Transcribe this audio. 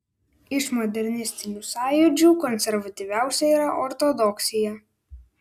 iš modernistinių sąjūdžių konservatyviausia yra ortodoksija